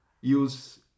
use